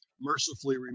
mercifully